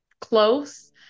close